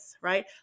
right